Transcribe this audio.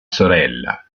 sorella